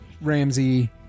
Ramsey